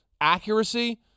Accuracy